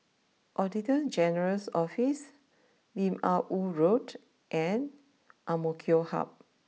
Auditor General's Office Lim Ah Woo Road and Amok Hub